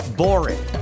boring